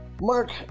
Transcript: Mark